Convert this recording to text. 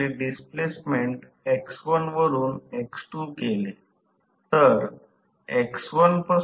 तर समीकरण 27 व्होल्टेज आणि स्लिप च्या फंक्शनच्या रूपात विकसित केलेल्या टॉर्क ची अभिव्यक्ती आहे